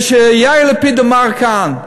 וכשיאיר לפיד אמר כאן,